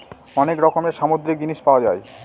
অনেক রকমের সামুদ্রিক জিনিস পাওয়া যায়